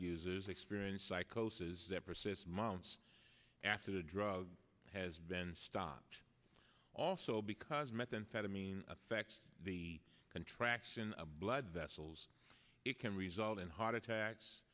users experience psychosis that persists months after the drug has been stopped also because methamphetamine affects the contraction of blood vessels it can result in heart attacks